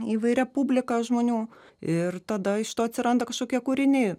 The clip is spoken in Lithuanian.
įvairia publika žmonių ir tada iš to atsiranda kažkokie kūriniai